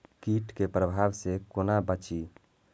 कीट के प्रभाव से कोना बचीं?